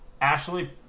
Ashley